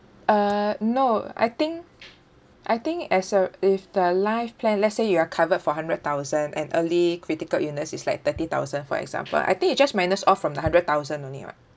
uh no I think I think as a if the life plan let's say you are covered four hundred thousand and early critical illness is like thirty thousand for example I think you just minus off from the hundred thousand only [what]